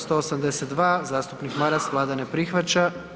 182. zastupnik Maras, Vlada ne prihvaća.